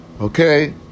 Okay